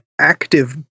Active